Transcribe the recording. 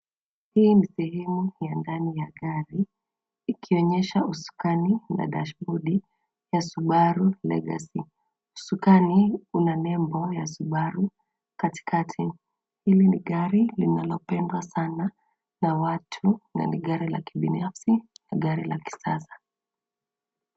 Hii ni sehemu ya ndani ya gari ikionyesha usukani na na dashibodi ya Subaru Legacy. Usukani una nembo ya Subaru katikati. Hili ni gari linalopendwa sana na watu na ni gari la kibinafsi, gari la kisasa.